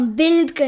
build